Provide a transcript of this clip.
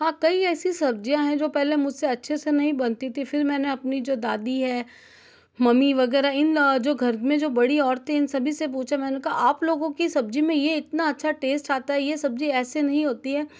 हाँ कई ऐसी सब्जियाँ है जो पहले मुझसे अच्छे से नहीं बनती थी फिर मैंने अपनी जो दादी हैं मम्मी वगैरह इन ना जो घर में जो बड़ी औरतें सभी से पूछा मैंने कहा आप लोगों की सब्जी में ये इतना अच्छा टेस्ट आता है यह सब्जी ऐसे नहीं होती है